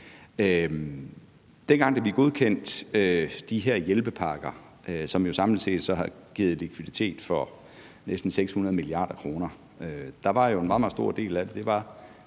Dengang, da vi godkendte de her hjælpepakker, som jo samlet set har givet likviditet for næsten 600 mia. kr., var en meget, meget stor del af det